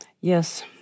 Yes